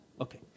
Okay